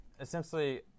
essentially